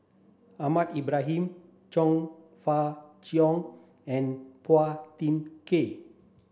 Ahmad Ibrahim Chong Fah Cheong and Phua Thin Kiay